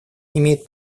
имеет